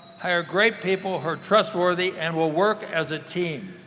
hire great people who are trustworthy and will work as a team.